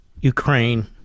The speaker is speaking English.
Ukraine